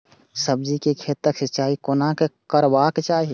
सब्जी के खेतक सिंचाई कोना करबाक चाहि?